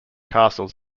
castles